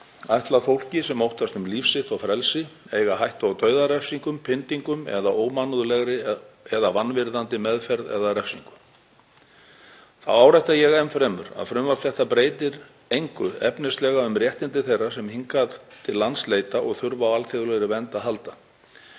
ætlað fólki sem óttast um líf sitt og frelsi, er í hættu á dauðarefsingum, pyndingum eða ómannúðlegri eða vanvirðandi meðferð eða refsingu. Þá árétta ég enn fremur að frumvarp þetta breytir engu efnislega um réttindi þeirra sem hingað til lands leita og þurfa á alþjóðlegri vernd að halda.